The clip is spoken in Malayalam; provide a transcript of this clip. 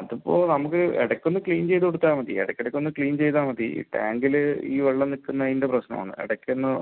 അതിപ്പോൾ നമുക്ക് ഇടയ്ക്ക് ഒന്ന് ക്ലീൻ ചെയ്ത് കൊടുത്താൽ മതി ഇടക്കിടക്ക് ഒന്ന് ക്ലീൻ ചെയ്താൽ മതി ടാങ്കിൽ ഈ വെള്ളം നിൽക്കുന്നതിൻ്റെ പ്രശ്നം ആണ് ഇടയ്ക്ക് ഒന്ന്